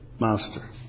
master